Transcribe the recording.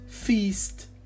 feast